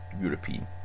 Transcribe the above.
European